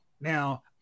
Now